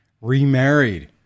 remarried